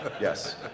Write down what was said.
Yes